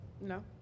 No